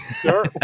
sure